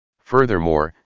Furthermore